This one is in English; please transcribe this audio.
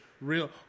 real